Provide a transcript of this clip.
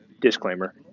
Disclaimer